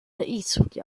eastward